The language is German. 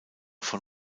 von